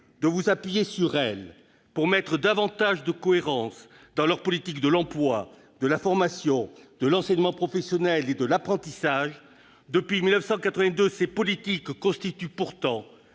de vous appuyer sur elles pour mettre davantage de cohérence dans leurs politiques de l'emploi, de la formation, de l'enseignement professionnel et de l'apprentissage ? Depuis 1982, ces politiques constituent pourtant